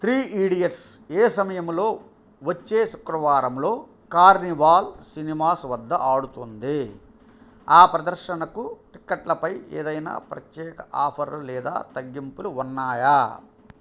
three idiots ఏ సమయంలో వచ్చే శుక్రవారంలో కార్నివాల్ సినిమాస్ వద్ద ఆడుతుంది ఆ ప్రదర్శనకు టిక్కెట్లపై ఏదైనా ప్రత్యేక ఆఫర్లు లేదా తగ్గింపులు ఉన్నాయా